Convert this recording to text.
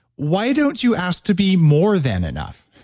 why don't you ask to be more than enough?